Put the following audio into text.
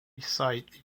site